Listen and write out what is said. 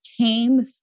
came